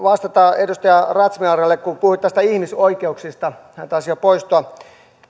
vastata edustaja razmyarille puhuitte näistä ihmisoikeuksista hän taisi jo poistua